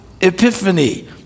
epiphany